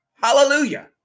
Hallelujah